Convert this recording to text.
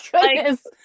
goodness